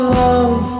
love